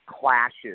clashes